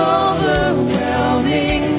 overwhelming